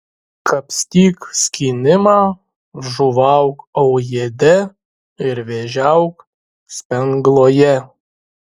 kapstyk skynimą žuvauk aujėde ir vėžiauk spengloje